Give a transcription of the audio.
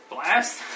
Blast